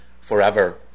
forever